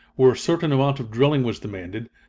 where a certain amount of drilling was demanded,